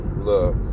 look